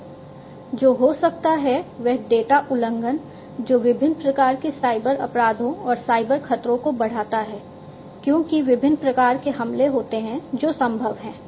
तो जो हो सकता है वह है डेटा उल्लंघन जो विभिन्न प्रकार के साइबर अपराधों और साइबर खतरों को बढ़ाता है क्योंकि विभिन्न प्रकार के हमले होते हैं जो संभव हैं